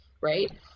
right